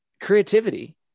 creativity